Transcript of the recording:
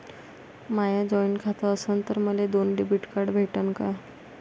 माय joint खातं असन तर मले दोन डेबिट कार्ड भेटन का?